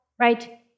Right